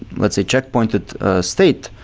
let's say, check-pointed state,